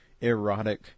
erotic